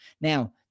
Now